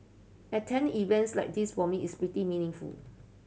attend events like this for me is pretty meaningful